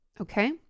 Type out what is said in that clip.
Okay